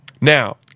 Now